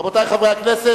רבותי חברי הכנסת,